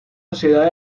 sociedad